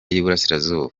y’iburasirazuba